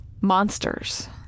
Monsters